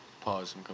Pause